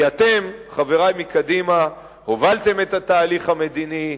כי אתם, חברי מקדימה, הובלתם את התהליך המדיני,